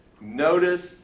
Notice